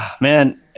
Man